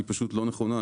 היא פשוט לא נכונה.